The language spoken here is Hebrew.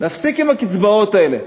להפסיק עם הקצבאות האלה.